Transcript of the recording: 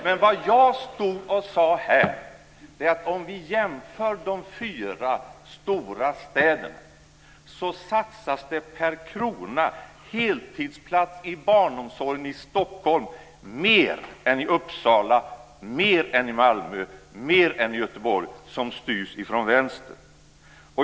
Men vad jag stod och sade här var att om vi jämför de fyra stora städerna så ser vi att det per krona satsas mer på varje heltidsplats i barnomsorgen i Stockholm än i Uppsala, än i Malmö och än i Göteborg, som styrs från vänster.